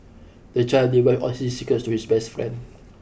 the child divulged all his secrets to his best friend